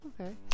Okay